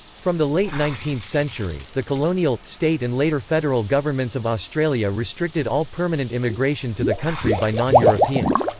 from the late nineteenth century, the colonial state and later federal governments of australia restricted all permanent immigration to the country by non-europeans.